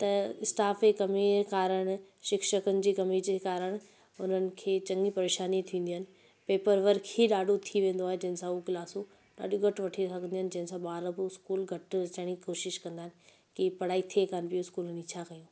त स्टाफ ई कमी जे कारणु शिक्षकनि जी कमी जे कारण हुननि खे चङी परेशानियूं थींदियूं आहिनि पेपरवर्क ई ॾाढो थी वेंदो आहे जिन सां उहे क्लासूं ॾाढियूं घटि वठी सघंदियूं आहिनि जंहिंसां ॿार ब स्कूल घटि अचण जी कोशिश कंदा आहिनि की पढ़ाई थिए कोन थी स्कूल में छा कयूं